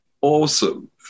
awesome